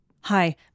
Hi